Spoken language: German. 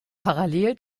parallel